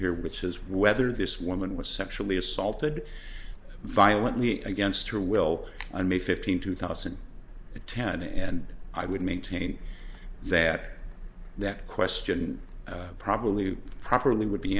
here which is whether this woman was sexually assaulted violently against her will and may fifteenth two thousand and ten and i would maintain that that question probably properly would be